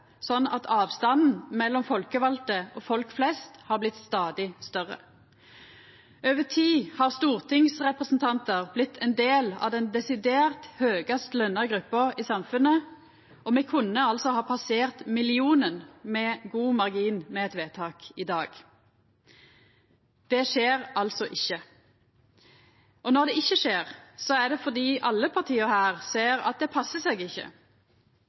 sånn at avstanden mellom folkevalde og folk flest har blitt stadig større. Over tid har stortingsrepresentantar blitt ein del av den desidert høgast lønte gruppa i samfunnet, og me kunne ha passert millionen med god margin med eit vedtak i dag. Det skjer altså ikkje. Når det ikkje skjer, er det fordi alle parti her ser at det ikkje passar seg – ikkje